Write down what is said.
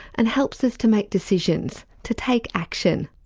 and helps us to make decisions, to take action.